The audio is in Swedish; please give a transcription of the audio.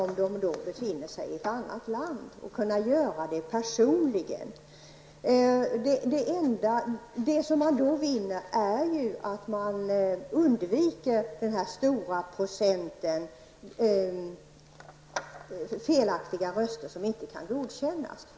Man undviker då den stora procentandel felaktiga röster som inte kan godkännas.